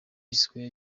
sqaure